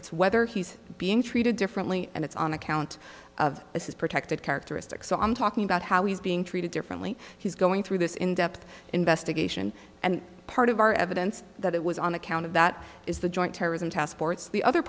it's whether he's being treated differently and it's on account of this is protected characteristic so i'm talking about how he's being treated differently he's going through this in depth investigation and part of our evidence that it was on account of that is the joint terrorism task force the other